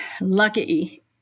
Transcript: lucky